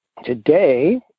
Today